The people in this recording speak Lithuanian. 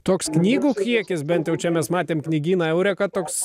toks knygų kiekis bent jau čia mes matėm knygyną eureka toks